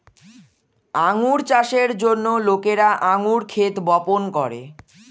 আঙ্গুর চাষের জন্য লোকেরা আঙ্গুর ক্ষেত বপন করে